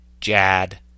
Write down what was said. Jad